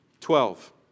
Twelve